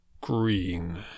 Green